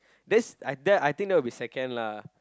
this I that I think that will be second lah